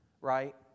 right